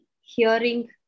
hearing